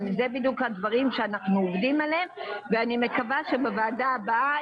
אלה בדיוק הדברים שאנחנו עובדים עליהם ואני מקווה שבוועדה הבאה,